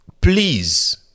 Please